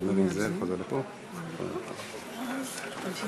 כשאמרתי שינוי תרבות מובן שלא התכוונתי לשינוי תרבות אזרחי